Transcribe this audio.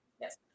Yes